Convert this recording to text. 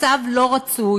מצב לא רצוי,